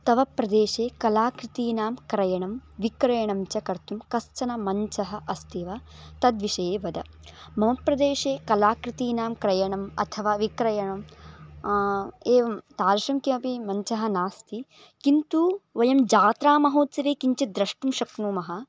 तव प्रदेशे कलाकृतीनां क्रयणं विक्रयणं च कर्तुं कश्चन मञ्चः अस्ति व तद्विषये वद मम प्रदेशे कलाकृतीनां क्रयणम् अथवा विक्रयणम् एवं तादृशः कोऽपि मञ्चः नास्ति किन्तु वयं जात्रामहोत्सवे किञ्चित् द्रष्टुं शक्नुमः